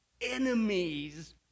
enemies